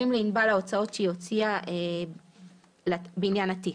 לענבל ההוצאות שהיא הוציאה בעניין התיק.